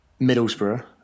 Middlesbrough